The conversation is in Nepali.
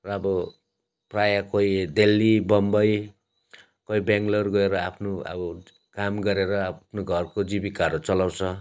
र अब प्रायः कोही दिल्ली बम्बई कोही बेङ्गलोर गएर आफ्नो अब काम गरेर आफ्नो घरको जीविकाहरू चलाउँछ